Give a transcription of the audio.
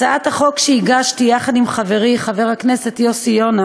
הצעת החוק שהגשתי יחד עם חברי חבר הכנסת יוסי יונה